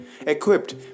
equipped